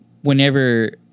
whenever